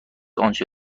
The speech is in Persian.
آنچه